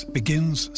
begins